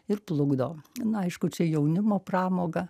ir plukdo na aišku čia jaunimo pramoga